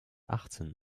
achtzenh